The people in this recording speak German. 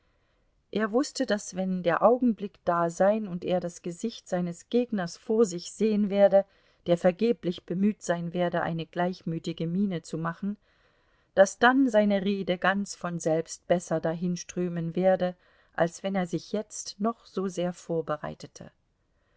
er wußte daß wenn der augenblick da sein und er das gesicht seines gegners vor sich sehen werde der vergeblich bemüht sein werde eine gleichmütige miene zu machen daß dann seine rede ganz von selbst besser dahinströmen werde als wenn er sich jetzt noch so sehr vorbereitete